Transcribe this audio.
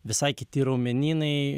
visai kiti raumenynai